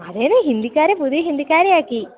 അതേനെ ഹിന്ദികാർ പുതിയ ഹിന്ദികാരെ ആക്കി